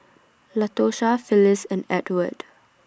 Latosha Phillis and Edward